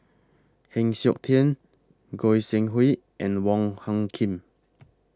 Heng Siok Tian Goi Seng Hui and Wong Hung Khim